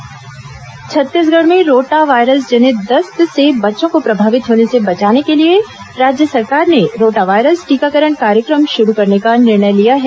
rota virus Chhattisgarh में rotavirus जनित दस्त से बच्चों को प्रभावित होने से बचाने के लिए राज्य सरकार ने रोटा वायरस टीकाकरण कार्यक्रम शुरू करने का निर्णय लिया है